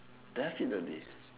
definitely